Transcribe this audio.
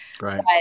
Right